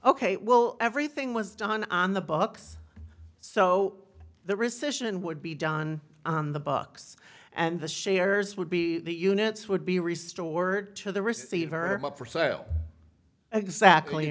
ok well everything was done on the books so the rescission would be done on the books and the shares would be the units would be restored to the receiver up for sale exactly